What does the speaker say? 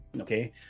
Okay